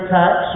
tax